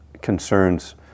concerns